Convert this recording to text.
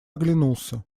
оглянулся